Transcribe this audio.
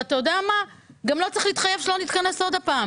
וגם לא צריך להתחייב שלא נתכנס עוד פעם